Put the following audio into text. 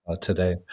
today